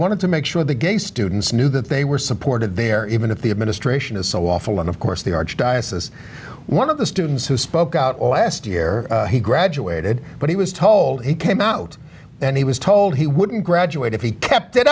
wanted to make sure the gay students knew that they were supported there even if the administration is so awful and of course the archdiocese one of the students who spoke out last year he graduated but he was told he came out and he was told he wouldn't graduate if he kept it